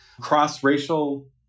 cross-racial